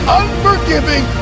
unforgiving